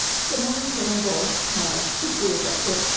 simone campbell's picture was up there,